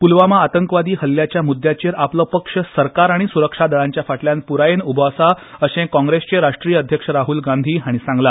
पुलवामा आतंकवादी हल्ल्याच्या मुद्द्याचेर आपलो पक्ष सरकार आनी सुरक्षा दळांच्या फाटल्यान पुरायेन उबो आसा अशे कॉन्ग्रेसचे राश्ट्रीय अध्यक्ष राहुल गांधी हाणी म्हळा